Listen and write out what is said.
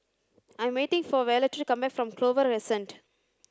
I'm waiting for Violetta to come back from Clover Crescent